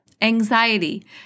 anxiety